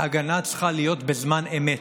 ההגנה צריכה להיות בזמן אמת,